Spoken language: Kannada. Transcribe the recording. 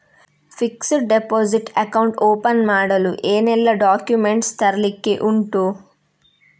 ಫಿಕ್ಸೆಡ್ ಡೆಪೋಸಿಟ್ ಅಕೌಂಟ್ ಓಪನ್ ಮಾಡಲು ಏನೆಲ್ಲಾ ಡಾಕ್ಯುಮೆಂಟ್ಸ್ ತರ್ಲಿಕ್ಕೆ ಉಂಟು?